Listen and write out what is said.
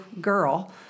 girl